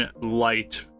light